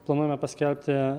planuojame paskelbti